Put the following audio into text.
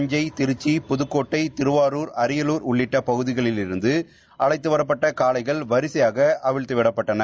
தஞ்சை திருச்சி புதுக்கோட்டை திருவாரூர் அரியலூர் உள்ளிட்ட பகுதியிலிருந்து அழழத்து வரப்பட்ட காளைகள் வரிசையாக அவிழ்த்து விடப்பட்டன